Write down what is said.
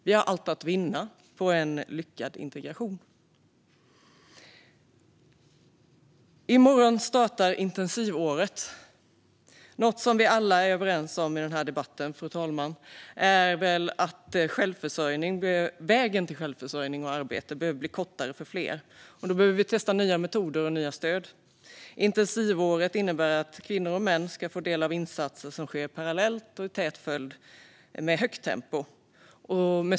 Vi har allt att vinna på en lyckad integration. I morgon startar intensivåret. Något som vi alla är överens om i denna debatt, fru talman, är väl att vägen till självförsörjning och arbete behöver bli kortare för fler. Då behöver vi testa nya metoder och nya stöd. Intensivåret innebär att kvinnor och män ska få del av insatser som sker parallellt eller i tät följd med högt tempo.